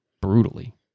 Brutally